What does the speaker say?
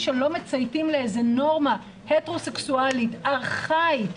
שלא מצייתים לאיזו נורמה הטרוסקסואלית ארכאית,